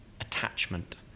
attachment